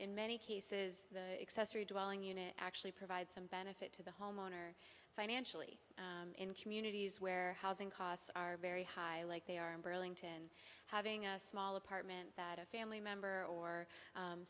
in many cases the accessory dwelling unit actually provides some benefit to the homeowner financially in communities where housing costs are very high like they are in burlington having a small apartment that a family member or